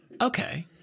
Okay